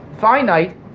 finite